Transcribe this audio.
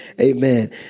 Amen